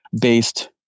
based